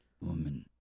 Woman